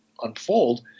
unfold